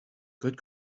good